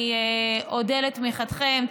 אני אודה לתמיכתם.